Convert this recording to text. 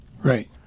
Right